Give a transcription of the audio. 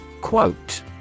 Quote